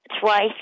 twice